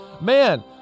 Man